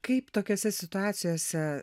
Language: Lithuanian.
kaip tokiose situacijose